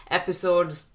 episodes